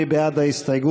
מי בעד ההסתייגות?